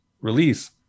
release